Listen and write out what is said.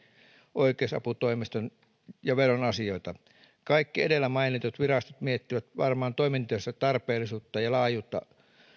oikeusaputoimiston ja veron kaikki edellä mainitut virastot miettivät varmaan toimintojensa tarpeellisuutta ja laajuutta